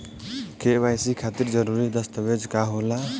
KYC खातिर जरूरी दस्तावेज का का होला?